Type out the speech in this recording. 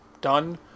done